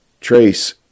Trace